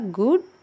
good